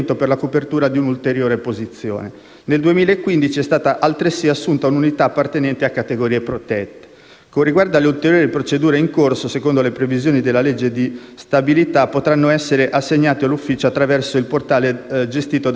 Nel 2015 è stata altresì assunta un'unità appartenente a categorie protette. Con riguardo all'ulteriore procedura in corso, secondo le previsioni della legge di stabilità, altre unità potranno essere assegnate all'ufficio attraverso il portale gestito dal Dipartimento della funzione pubblica.